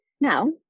Now